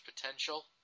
potential